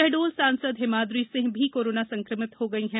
शहडोल सांसद हिमाद्री सिंह भी कोरोना संक्रमित हो गई हैं